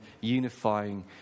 unifying